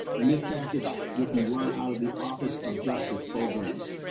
in this package would be right out of the office of justice programs.